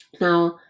now